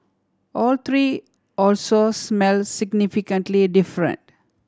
all three also smell significantly different